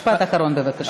משפט אחרון, בבקשה.